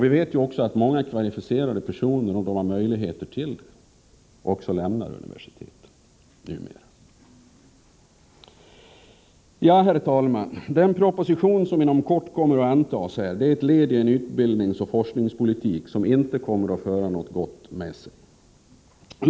Vi vet också att många kvalificerade personer — om de har möjligheter till det — lämnar universiteten numera. Herr talman! Den proposition som inom kort kommer att antas är ett led i en utbildningsoch forskarpolitik som inte kommer att föra något gott med sig.